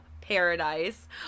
paradise